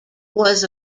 was